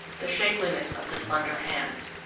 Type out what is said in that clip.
the shapeliness of the slender hands.